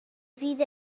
fydd